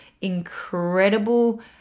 incredible